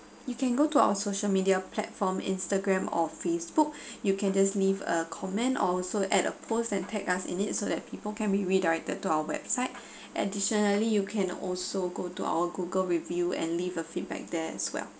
you can go to our social media platform Instagram or Facebook you can just leave a comment also add a post and tag us in it so that people can be redirected to our website additionally you can also go to our google review and leave a feedback there as well